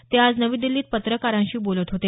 ते आज नवी दिल्लीत पत्रकारांशी बोलत होते